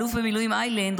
האלוף במילואים איילנד,